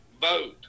Vote